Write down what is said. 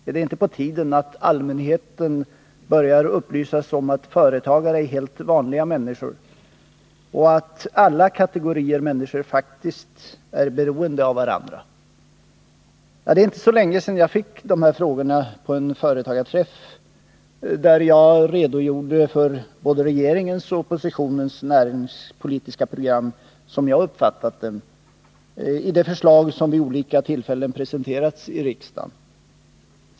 Är det inte på tiden att allmänheten börjar upplysas om att företagare är helt vanliga människor och att alla kategorier människor faktiskt är beroende av varandra? Det är inte så länge sedan jag fick de frågorna på en företagarträff, där jag redogjorde för både regeringens och oppositionens näringspolitiska program som jag hade uppfattat dem i de förslag som vid olika tillfällen hade presenterats i riksdagen.